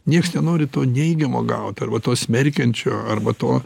nieks nenori to neigiamo gaut arba to smerkiančio arba to